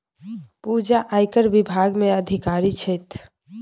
पूजा आयकर विभाग मे अधिकारी छथि